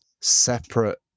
separate